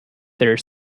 there